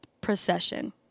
procession